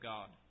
God